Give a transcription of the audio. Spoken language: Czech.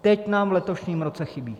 Teď nám v letošním roce chybí!